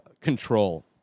control